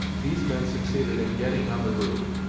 these men succeeded in getting on the roof,